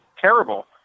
terrible